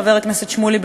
חבר הכנסת שמולי,